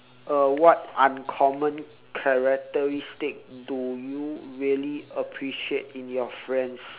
uh what uncommon characteristic do you really appreciate in your friends